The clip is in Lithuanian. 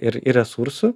ir ir resursų